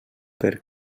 per